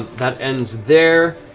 that ends there.